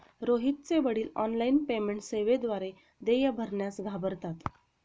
रोहितचे वडील online payment सेवेद्वारे देय भरण्यास घाबरतात